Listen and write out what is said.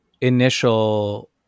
initial